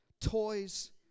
toys